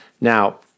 Now